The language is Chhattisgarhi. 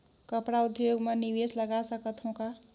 कपड़ा उद्योग म निवेश लगा सकत हो का?